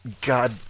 God